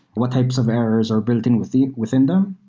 what types of errors are building within within them?